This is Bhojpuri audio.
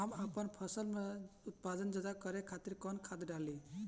हम आपन फसल में उत्पादन ज्यदा करे खातिर कौन खाद डाली?